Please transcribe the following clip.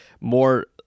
more